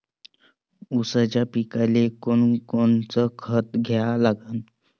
ऊसाच्या पिकाले कोनकोनचं खत द्या लागन?